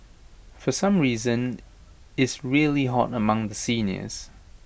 for some reason is really hot among the seniors